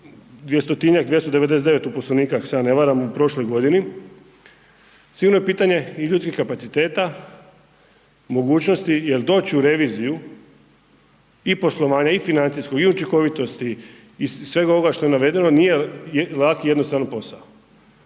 200-tinjak, 299 u poslovniku ako se ja ne varam u prošloj godini, sigurno je pitanje i ljudskih kapaciteta, mogućnosti jer doći u reviziju i poslovanja i financijskog i učinkovitosti i svega ovoga što je navedeno nije lak i jednostavan posao.